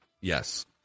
Yes